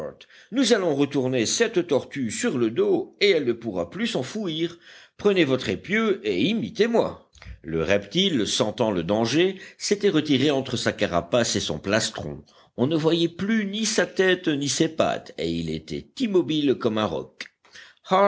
nous allons retourner cette tortue sur le dos et elle ne pourra plus s'enfouir prenez votre épieu et imitez moi le reptile sentant le danger s'était retiré entre sa carapace et son plastron on ne voyait plus ni sa tête ni ses pattes et il était immobile comme un roc